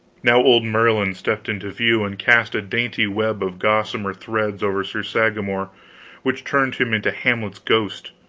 now old merlin stepped into view and cast a dainty web of gossamer threads over sir sagramor which turned him into hamlet's ghost